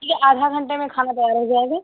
जी आधे घंटे में खाना तैयार हो जाएगा